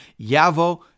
Yavo